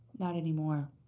not anymore.